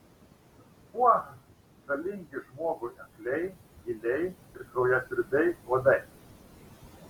kuo žalingi žmogui akliai gyliai ir kraujasiurbiai uodai